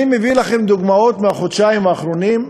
אני מביא לכם דוגמאות מהחודשיים האחרונים,